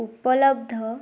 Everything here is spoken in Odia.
ଉପଲବ୍ଧ